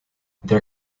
their